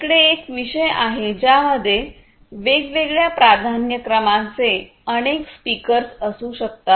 इकडे एक विषय आहे ज्यामध्ये वेगवेगळ्या प्राधान्यक्रमांचे अनेक स्पीकर्सअसू शकतात